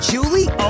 Julie